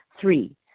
Three